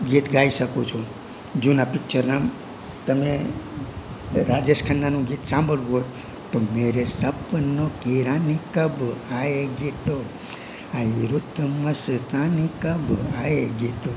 ગીત ગાઈ શકું છું જુના પિક્ચરના તમે રાજેશ ખન્નાનું ગીત સાંભળવું હોય તો